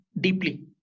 deeply